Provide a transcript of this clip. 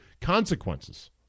consequences